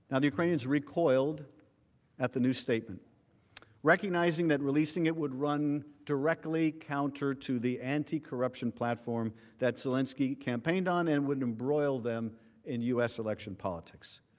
ah the ukrainians recoiled at the new statement recognizing that releasing it would run directly counter to the anticorruption platform that president zelensky campaigned on and would embroil them in u. s. election politics.